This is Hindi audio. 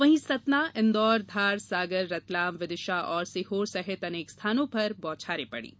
वहीं सतना इंदौर धार सागर रतलाम विदिशा और सीहोर सहित अनेक स्थानों पर बौछारें पड़ीं